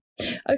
Okay